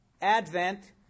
Advent